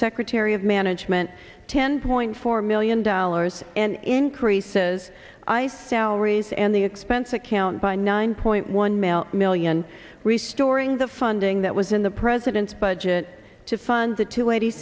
secretary of management ten point four million dollars and increase says i salaries and the expense account by nine point one mail million re storing the funding that was in the president's budget to fund the two eighty